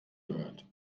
gehört